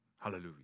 hallelujah